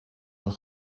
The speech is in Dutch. een